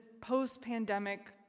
post-pandemic